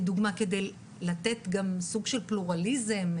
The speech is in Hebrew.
כדי לתת גם סוג של פלורליזם,